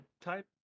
type